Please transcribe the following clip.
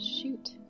shoot